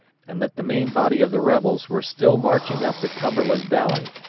and that the main body of the rebels were still marching up the cumberland valley,